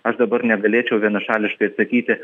aš dabar negalėčiau vienašališkai atsakyti